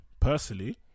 personally